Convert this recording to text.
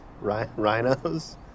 Rhinos